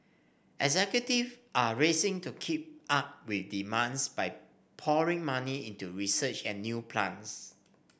executive are racing to keep up with demands by pouring money into research and new plants